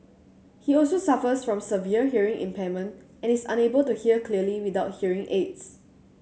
he also suffers from severe hearing impairment and is unable to hear clearly without hearing aids